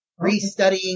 Restudying